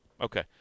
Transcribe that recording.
Okay